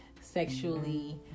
sexually